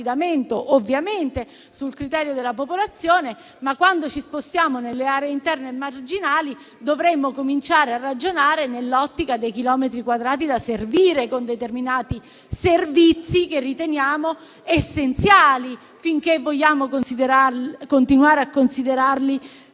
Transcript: ovviamente, sul criterio della popolazione, ma forse, quando ci spostiamo nelle aree interne e marginali, dovremmo cominciare a ragionare nell'ottica dei chilometri quadrati da servire con determinati servizi che riteniamo essenziali, finché vogliamo continuare a considerarli